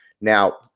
Now